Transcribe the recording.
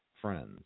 friends